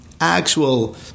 actual